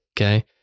okay